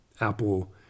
Apple